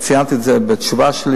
וציינתי את זה בתשובה שלי,